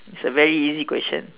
it's a very easy question